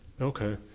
Okay